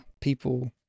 people